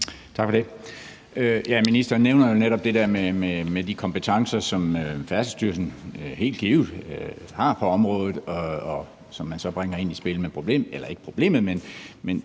Tak for det. Ministeren nævner netop det her med de kompetencer, som Færdselsstyrelsen helt givet har på området, som man så bringer i spil. Men ved siden af har man